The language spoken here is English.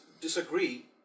disagree